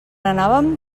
anàvem